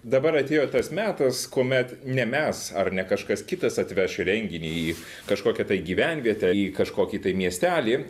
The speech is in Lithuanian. dabar atėjo tas metas kuomet ne mes ar ne kažkas kitas atveš renginį į kažkokią tai gyvenvietę į kažkokį tai miestelį